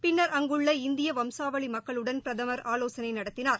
பின்னர் அங்குள்ள இந்திய வம்சாவளி மக்களுடன் பிரதமர் ஆலோசனை நடத்தினார்